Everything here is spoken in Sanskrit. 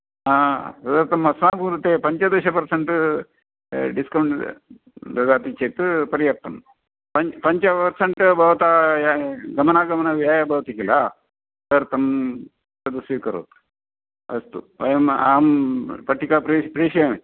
तदर्थम् अस्माकं कृते पञ्चदश पर्सेण्ट् डिस्कौण्ट् ददाति चेत् पर्याप्तं पञ्च पर्सेण्ट् भवतः गमनागमनव्ययः भवति किल तदर्थं तद् स्वीकरोतु अस्तु वयं अहं पट्टिका प्रेषयामि